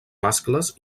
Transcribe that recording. mascles